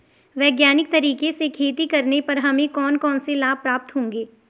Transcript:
वैज्ञानिक तरीके से खेती करने पर हमें कौन कौन से लाभ प्राप्त होंगे?